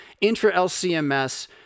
intra-LCMS